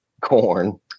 corn